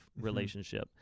relationship